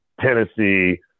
Tennessee